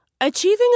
Achieving